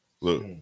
Look